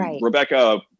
Rebecca